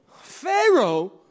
Pharaoh